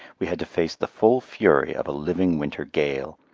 we had to face the full fury of a living winter gale.